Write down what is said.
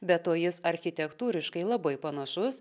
be to jis architektūriškai labai panašus